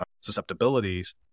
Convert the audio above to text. susceptibilities